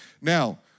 Now